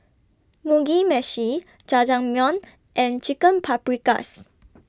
Mugi Meshi Jajangmyeon and Chicken Paprikas